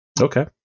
Okay